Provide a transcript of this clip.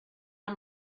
amb